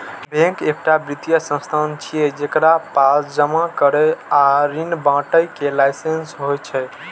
bank एकटा वित्तीय संस्थान छियै, जेकरा पास जमा करै आ ऋण बांटय के लाइसेंस होइ छै